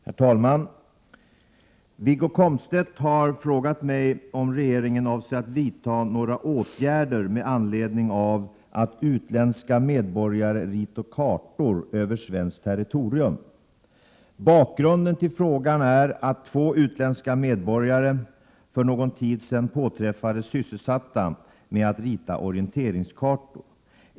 Herr talman! Wiggo Komstedt har frågat mig om regeringen avser att vidta några åtgärder med anledning av att utländska medborgare ritar kartor över svenskt territorium. Bakgrunden till frågan är att två utländska medborgare för någon tid sedan Prot. 1987/88:124 påträffades sysselsatta med att rita orienteringskartor.